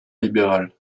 libérale